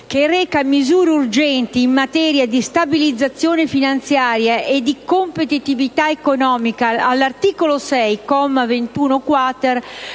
78, recante misure urgenti in materia di stabilizzazione finanziaria e di competitività economica, all'articolo 6, comma